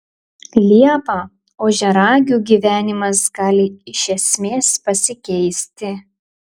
liepą ožiaragių gyvenimas gali iš esmės pasikeisti